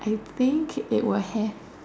I think it will have